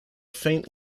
faint